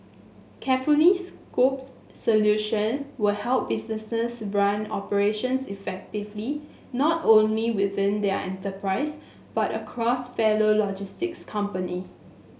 carefully scoped solution will help businesses run operations effectively not only within their enterprise but across fellow logistics company